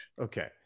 Okay